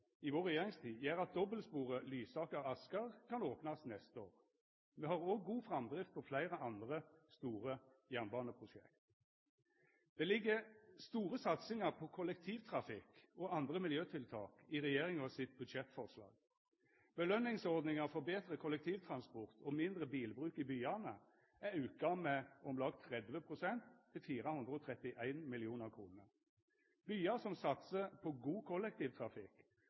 i vår regjeringstid gjer at dobbelsporet Lysaker–Asker kan opnast neste år. Me har òg god framdrift på fleire andre store jernbaneprosjekt. Det ligg store satsingar på kollektivtrafikk og andre miljøtiltak i regjeringa sitt budsjettframlegg. Belønningsordninga for betre kollektivtransport og mindre bilbruk i byane er auka med om lag 30 pst. til 431 mill. kr. Byar som satsar på god kollektivtrafikk